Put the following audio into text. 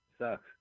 Sucks